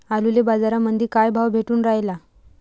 आलूले बाजारामंदी काय भाव भेटून रायला?